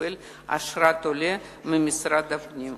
שמקבל אשרת עולה ממשרד הפנים.